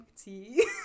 tea